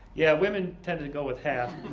yeah women tend to go with half,